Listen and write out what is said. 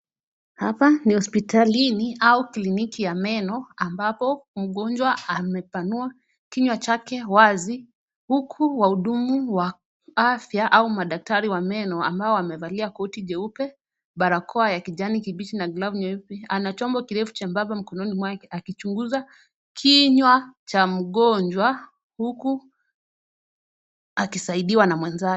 Hapa ni hospitalini au kliniki ya meno ambapo mgonjwa amepanua kinywaji chake wasi uku wahudumu wa afya au madaktari wa meno ambayo wamevalia koti cheupe ,barakoa ya kijani kipiji na glavu nyeupe ana chombo kirefu mkononi mwake akichunguza kinywa cha mgonjwa uku akisaidiwa na mwenzake